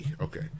Okay